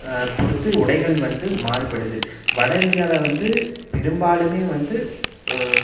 பொறுத்து உடைகள் வந்து மாறுபடுது வட இந்தியாவில் வந்து பெரும்பாலும் வந்து